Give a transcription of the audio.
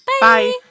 Bye